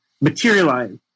materialize